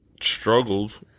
struggled